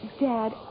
Dad